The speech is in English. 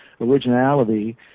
originality